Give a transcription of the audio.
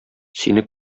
сине